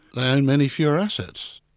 they own many fewer assets.